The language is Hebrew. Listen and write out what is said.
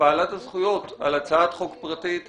בעלת הזכויות על הצעת חוק פרטית חשובה,